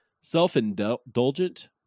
self-indulgent